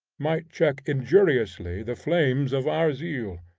might check injuriously the flames of our zeal.